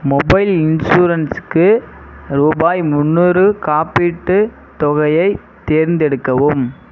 mobile இன்சூரன்ஸுக்கு ரூபாய் முந்நூறு காப்பீட்டுத் தொகையை தேர்ந்தெடுக்கவும்